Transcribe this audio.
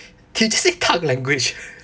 language